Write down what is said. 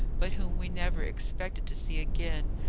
but whom we never expected to see again,